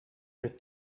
her